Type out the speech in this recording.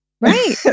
Right